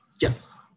Yes